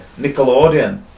Nickelodeon